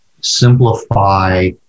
simplify